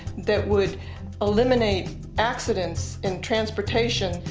that would eliminate accidents in transportation,